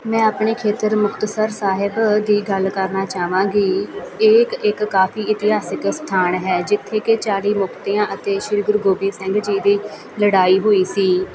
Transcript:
ਮੈਂ ਆਪਣੇ ਖੇਤਰ ਮੁਕਤਸਰ ਸਾਹਿਬ ਦੀ ਗੱਲ ਕਰਨਾ ਚਾਹਵਾਂਗੀ ਇਹ ਇੱਕ ਇੱਕ ਕਾਫ਼ੀ ਇਤਿਹਾਸਿਕ ਸਥਾਨ ਹੈ ਜਿੱਥੇ ਕਿ ਚਾਲੀ ਮੁਕਤਿਆਂ ਅਤੇ ਸ਼੍ਰੀ ਗੁਰੂ ਗੋਬਿੰਦ ਸਿੰਘ ਜੀ ਦੀ ਲੜਾਈ ਹੋਈ ਸੀ